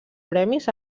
premis